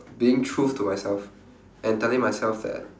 being truth to myself and telling myself that